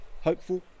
hopeful